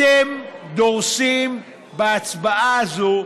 אתם דורסים בהצבעה הזאת